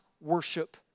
worship